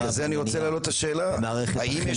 ובגלל אני רוצה להעלות את השאלה: האם יש